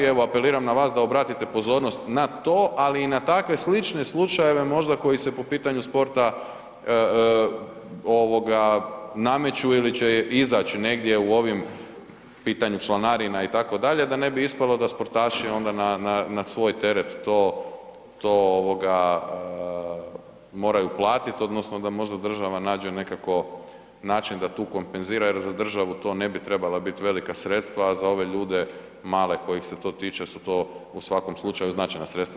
Evo, apeliram na vas da obratite pozornost na to, ali i na takve slične slučajeve možda koji se po pitanju sporta nameću ili će izaći negdje u ovim pitanju članarina, itd., da ne bi ispalo da sportaši onda na svoj teret to moraju platiti, odnosno da možda država nađe nekako način da tu kompenzira jer za državu to ne bi trebala biti velika sredstva, a za ove ljude male kojih se to tiče, su to u svakom slučaju značajna sredstva.